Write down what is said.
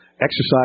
Exercise